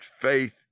faith